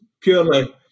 purely